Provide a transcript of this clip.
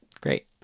Great